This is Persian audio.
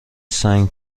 سنگ